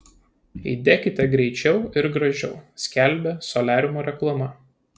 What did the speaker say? įdekite greičiau ir gražiau skelbia soliariumo reklama